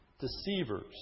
deceivers